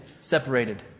separated